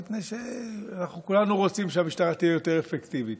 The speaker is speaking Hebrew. מפני שאנחנו כולנו רוצים שהמשטרה תהיה יותר אפקטיבית.